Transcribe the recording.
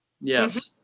Yes